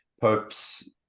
pope's